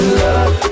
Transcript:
love